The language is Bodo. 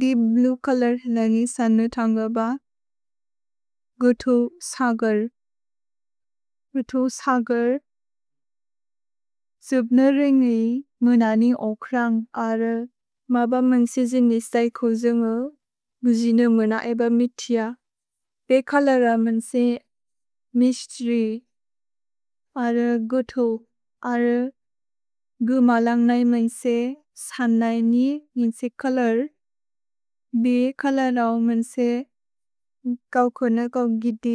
दीप् ब्लुए चोलोर् लन्गि सन्नु थन्गब। गुथु सगर्। गुथु सगर्। सुब्नेरेन्गि मुननि ओख्रन्ग् अर। मबमन्सि जिन् नेस्तै खुजुन्गो गुजिन मुन एब मितिअ। पे चोलोर मन्से मिस्त्रि। अर गुथु। अर गु मलन्ग् नै मन्से सन्न् नै नि निन्सि चोलोर्। भे चोलोर मन्से कौ खुन कौ गिति।